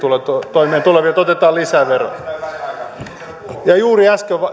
toimeentulevilta otetaan lisää veroa juuri äsken